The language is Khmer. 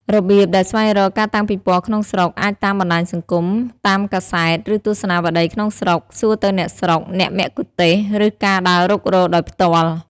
របៀបដែលស្វែងរកការតាំងពិពណ៌ក្នុងស្រុក អាចតាមបណ្តាញសង្គម តាមកាសែត ឬទស្សនាវដ្តីក្នុងស្រុក សួរទៅអ្នកស្រុក អ្នកមគ្គុទ្ទេស ឫការដើររុករកដោយផ្ទាល់។